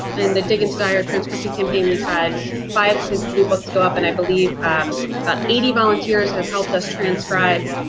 in the dig into dyar transcription campaign, we've had five of his blue books go up, and i believe that eighty volunteers have helped us transcribe